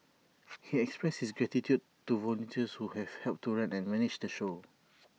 he expressed his gratitude to volunteers who have helped to run and manage the show